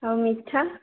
ଆଉ ମିଠା